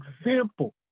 example